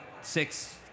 six